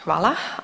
Hvala.